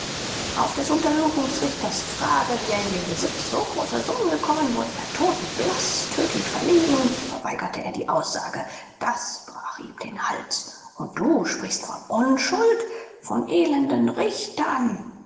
auf des untersuchungsrichters frage wie er in den besitz so großer summen gekommen wurde er totenblaß tödlich verlegen verweigerte er die aussage das brach ihm den hals und du sprichst von unschuld von elenden richtern